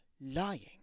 lying